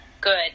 Good